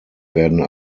werden